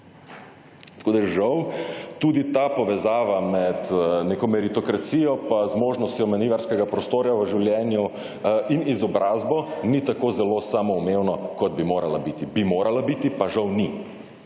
Tako, da žal tudi ta povezava med neko meritokracijo in zmožnostjo manevrskega prostora v življenju in izobrazbo ni tako zelo samoumevna kot bi morala biti. Bi morala biti. Pa žal ni,